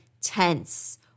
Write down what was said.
tense